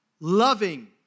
loving